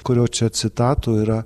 kurio čia citatų yra